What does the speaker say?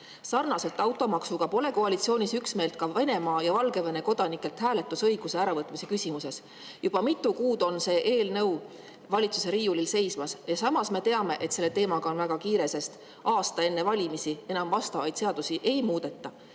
Sarnaselt automaksuga pole koalitsioonis üksmeelt Venemaa ja Valgevene kodanikelt [valimis]õiguse äravõtmise küsimuses. Juba mitu kuud on see eelnõu valitsuse riiulil seismas. Samas me teame, et selle teemaga on väga kiire, sest aasta enne valimisi enam vastavaid seadusi ei muudeta.